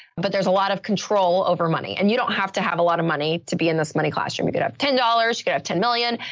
but there's a lot of control over money and you don't have to have a lot of money to be in this money classroom. you could have ten dollars, you could have ten million.